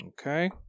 Okay